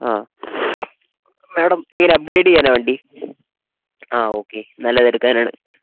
ആ മേഡം എങ്ങനെയാണ് അപ്ഗ്രേഡ് ചെയ്യാനാണോ വണ്ടി ആ ഓക്കെ നല്ലത് എടുക്കാനാണ്